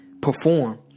perform